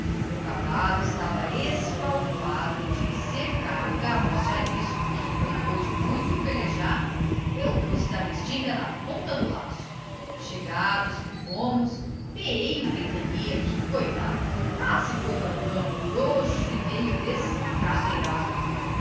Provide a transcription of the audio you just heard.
meu cavallo estava esfalfado de cercar um garrote arisco que depois de muito pelejar eu trouxe da restinga na ponta do laço chegados que fomos peei o ventania que coitado lá se foi para o campo frouxo e meio descadeirado